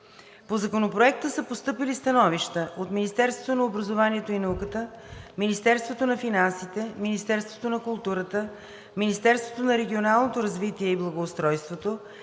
По Законопроекта са постъпили становища от Министерството на образованието и науката, Министерството на финансите, Министерството на културата, Министерството на регионалното развитие и благоустройството,